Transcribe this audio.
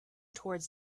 toward